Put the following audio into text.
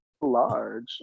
large